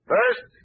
First